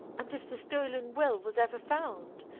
and if the stolen will was ever found,